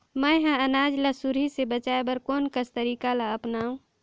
मैं ह अनाज ला सुरही से बचाये बर कोन कस तरीका ला अपनाव?